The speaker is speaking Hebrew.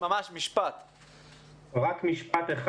ממש משפט משפט אחד.